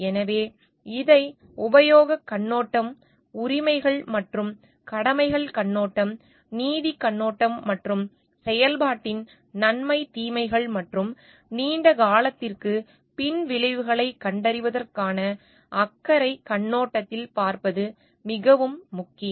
எனவே இதை உபயோகக் கண்ணோட்டம் உரிமைகள் மற்றும் கடமைகள் கண்ணோட்டம் நீதிக் கண்ணோட்டம் மற்றும் செயல்பாட்டின் நன்மை தீமைகள் மற்றும் நீண்ட காலத்திற்கு பின்விளைவுகளை கண்டறிவதற்கான அக்கறை கண்ணோட்டத்தில் பார்ப்பது மிகவும் முக்கியம்